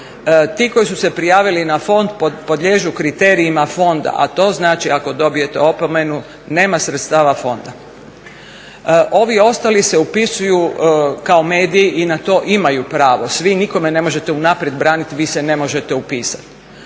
Ti koji su se prijavili na fond podliježu kriterijima fonda, a to znači ako dobijete opomenu nema sredstava fonda. Ovi ostali se upisuju kao mediji i na to imaju pravo svi. Nikome ne možete unaprijed braniti vi se ne može upisati,